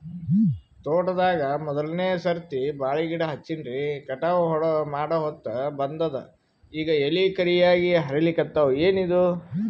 ತೋಟದಾಗ ಮೋದಲನೆ ಸರ್ತಿ ಬಾಳಿ ಗಿಡ ಹಚ್ಚಿನ್ರಿ, ಕಟಾವ ಮಾಡಹೊತ್ತ ಬಂದದ ಈಗ ಎಲಿ ಕರಿಯಾಗಿ ಹರಿಲಿಕತ್ತಾವ, ಏನಿದು?